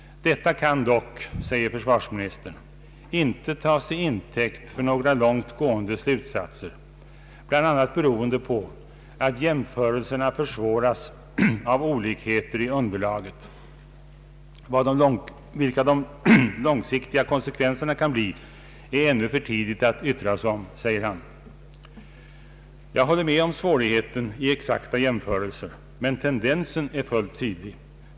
Detta kan dock, säger försvarsministern, inte tas till intäkt för några långt gående slutsatser, bl.a. beroende på att jämförelser försvåras av olikheter i underlaget. Vilka de långsiktiga konsekvenserna kan bli är ännu för tidigt att yttra sig om, säger försvarsministern vidare. Jag håller med om att det är svårt att göra exakta jämförelser, men tendensen är fullt tydlig.